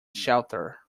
shelter